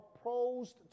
opposed